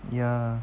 ya